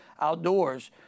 outdoors